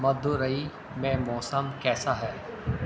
مدورئی میں موسم کیسا ہے